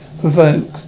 provoke